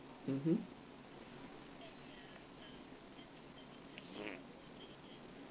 mmhmm